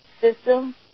system